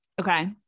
Okay